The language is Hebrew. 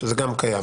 שזה גם קיים.